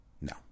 No